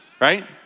right